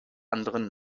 anderen